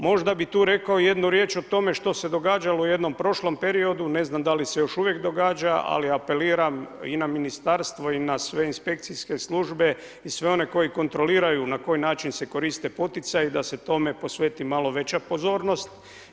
Možda bih tu rekao jednu riječ o tome što se događalo u jednom prošlom periodu, ne znam da li se još uvijek događa, ali apeliram i na ministarstvo i na sve inspekcijske službe i sve one koji kontroliraju na koji način se koriste poticaji da se tome posveti malo veća pozornost.